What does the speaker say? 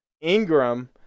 Ingram